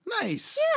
Nice